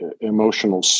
emotional